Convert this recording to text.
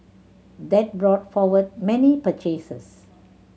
that brought forward many purchases